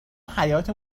حیاطه